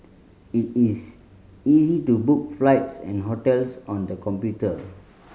it is easy to book flights and hotels on the computer